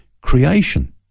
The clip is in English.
creation